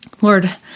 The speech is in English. Lord